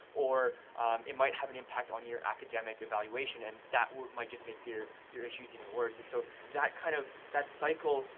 or it might have an impact on your academic evaluation, and that might just make your your issues even worst. and so, that kind of that cycle,